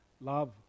love